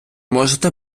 можете